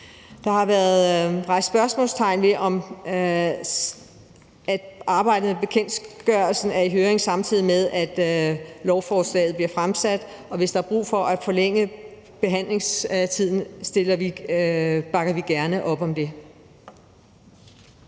Der har været sat spørgsmålstegn ved, at arbejdet med bekendtgørelsen er i høring, samtidig med at lovforslaget bliver fremsat. Hvis der er brug for at forlænge behandlingstiden, bakker vi gerne op om det.